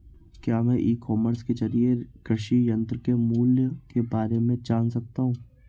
क्या मैं e commerce के ज़रिए कृषि यंत्र के मूल्य में बारे में जान सकता हूँ?